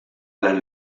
las